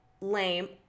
lame